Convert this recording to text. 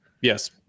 Yes